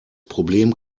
problem